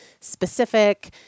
specific